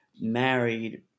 married